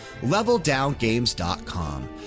leveldowngames.com